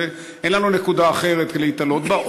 אין לנו נקודה אחרת להיתלות בה,